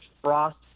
Frost